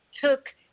took